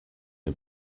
are